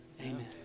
amen